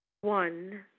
One